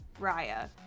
Raya